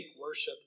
worship